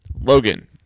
Logan